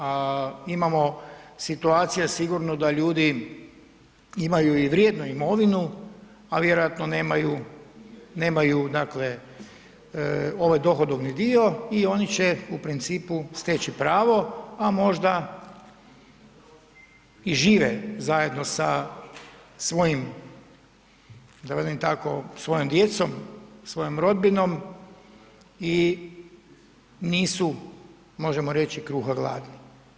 A imamo situacija sigurno da ljudi imaju i vrijednu imovinu, a vjerojatno nemaju ovaj dohodovni dio i oni će u principu steći pravo, a možda i žive zajedno sa svojim da velim tako svojom djecom, svojom rodbinom i nisu možemo reći kruha gladni.